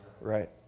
Right